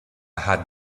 had